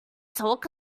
talk